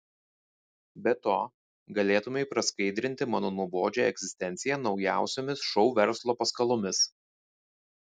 be to galėtumei praskaidrinti mano nuobodžią egzistenciją naujausiomis šou verslo paskalomis